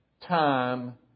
time